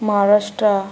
Maharashtra